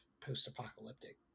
post-apocalyptic